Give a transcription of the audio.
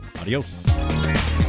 Adios